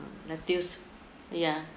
lettuce ya